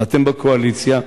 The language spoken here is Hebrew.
ואתם בקואליציה,